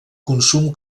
consum